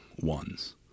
ones